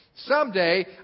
Someday